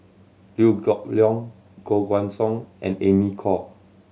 Liew Geok Leong Koh Guan Song and Amy Khor